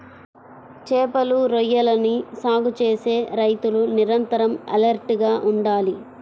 చేపలు, రొయ్యలని సాగు చేసే రైతులు నిరంతరం ఎలర్ట్ గా ఉండాలి